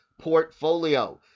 portfolio